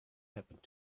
happened